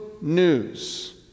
news